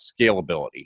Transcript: scalability